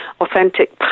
authentic